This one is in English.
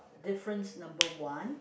difference number one